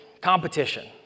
competition